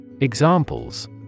Examples